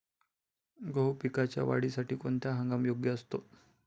गहू पिकाच्या वाढीसाठी कोणता हंगाम योग्य असतो?